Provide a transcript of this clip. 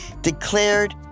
declared